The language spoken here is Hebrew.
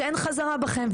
שאין חזרה בכם.